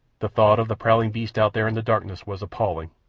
the thought of the prowling beasts out there in the darkness was appalling.